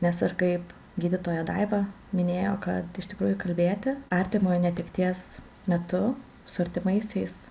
nes ir kaip gydytoja daiva minėjo kad iš tikrųjų kalbėti artimojo netekties metu su artimaisiais